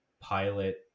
pilot